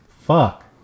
fuck